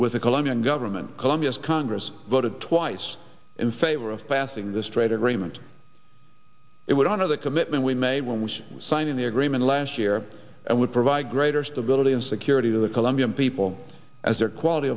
with a colombian government colombia's congress voted twice in favor of passing this trade agreement it would honor the commitment we made when was signing the agreement last year and would provide greater stability and security to the colombian people as their quality